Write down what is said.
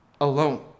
alone